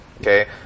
Okay